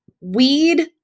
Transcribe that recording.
Weed